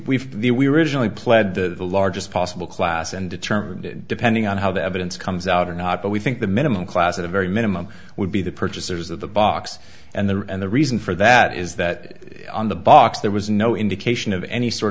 we were originally pled the largest possible class and determine depending on how the evidence comes out or not but we think the minimum class at a very minimum would be the purchasers of the box and there and the reason for that is that on the box there was no indication of any sort